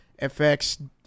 FX